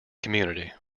community